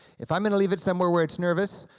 if i'm going to leave it somewhere where it's nervous,